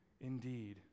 indeed